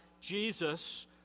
Jesus